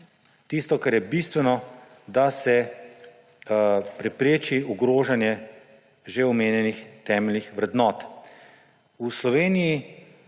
tisto, kar je bistveno, da se prepreči ogrožanje že omenjenih temeljnih vrednot. V Sloveniji